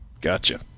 Gotcha